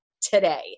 today